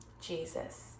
Jesus